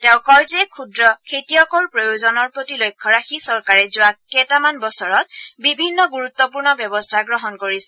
তেওঁ কয় যে ক্ষুদ্ৰ খেতিয়কৰ প্ৰয়োজনৰ প্ৰতি লক্ষ্য ৰাখি চৰকাৰে যোৱা কেইটামান বছৰত বিভিন্ন গুৰুত্বপূৰ্ণ ব্যৱস্থা গ্ৰহণ কৰিছে